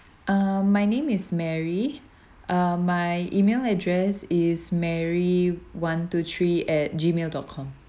um my name is mary uh my email address is mary one two three at gmail dot com